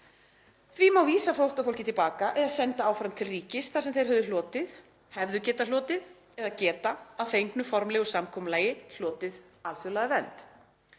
Því má vísa flóttafólki til baka eða senda þá áfram til ríkis þar sem þeir höfðu hlotið, hefðu getað hlotið eða geta, að fengnu formlegu samkomulagi, hlotið alþjóðlega vernd.